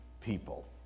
people